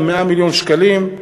על 100 מיליון שקלים.